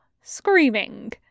Screaming